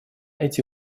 эти